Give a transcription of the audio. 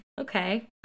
okay